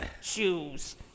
Shoes